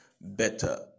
Better